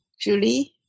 Julie